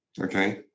Okay